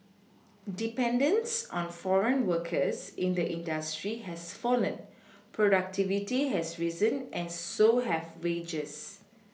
dependence on foreign workers in the industry has fallen productivity has risen and so have wages